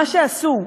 מה שעשו,